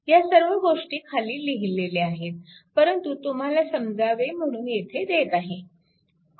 ह्या सर्व गोष्टी खाली लिहिलेल्या आहेत परंतु तुम्हाला समजावे म्हणून येथे देत आहे